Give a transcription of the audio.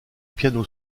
piano